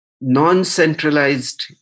non-centralized